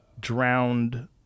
drowned